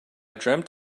dreamt